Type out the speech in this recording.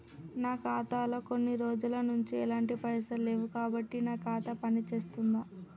నా ఖాతా లో కొన్ని రోజుల నుంచి ఎలాంటి పైసలు లేవు కాబట్టి నా ఖాతా పని చేస్తుందా?